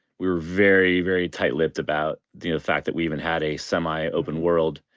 we were very, very tight-lipped about the fact that we even had a semi-open world.